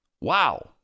Wow